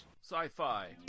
sci-fi